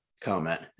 comment